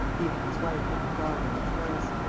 leaving his wife on guard on the terrace.